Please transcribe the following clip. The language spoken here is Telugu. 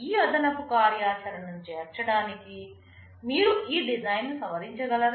ఈ అదనపు కార్యాచరణను చేర్చడానికి మీరు ఈ డిజైన్ను సవరించగలరా